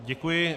Děkuji.